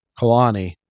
Kalani